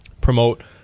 promote